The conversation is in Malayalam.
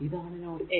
ഇതാണ് നോഡ് a